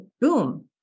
boom